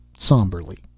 somberly